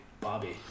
Bobby